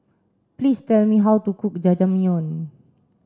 please tell me how to cook Jajangmyeon